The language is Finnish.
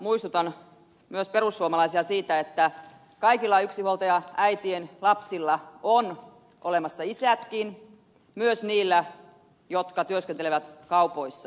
muistutan myös perussuomalaisia siitä että kaikilla yksinhuoltajaäitien lapsilla on olemassa isätkin myös niillä joiden äidit työskentelevät kaupoissa